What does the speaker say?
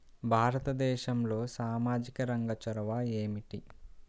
భారతదేశంలో సామాజిక రంగ చొరవ ఏమిటి?